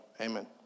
Amen